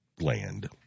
land